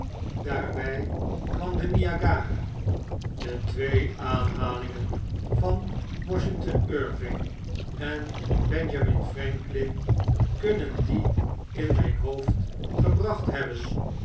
daarbjj kwam de niagara de twee aanhalingen van washington irving en benjamin franklin kunnen die in mp hoofd gebracht hebben